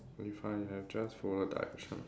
if I have just followed direction